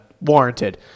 warranted